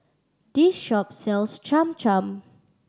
this shop sells Cham Cham